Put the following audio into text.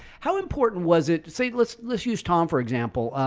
how important was it to save let's let's use tom, for example,